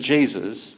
Jesus